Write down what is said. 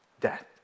death